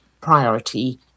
priority